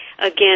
Again